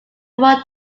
one